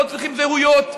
לא צריכים זהויות.